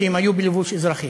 כי הם היו בלבוש אזרחי.